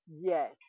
yes